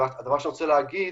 אני רוצה להגיד